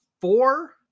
four